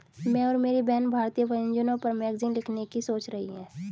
मैं और मेरी बहन भारतीय व्यंजनों पर मैगजीन लिखने की सोच रही है